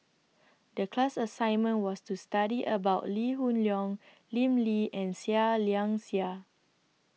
The class assignment was to study about Lee Hoon Leong Lim Lee and Seah Liang Seah